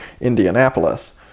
indianapolis